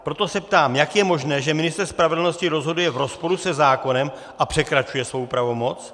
Proto se ptám, jak je možné, že ministr spravedlnosti rozhoduje v rozporu se zákonem a překračuje svou pravomoc.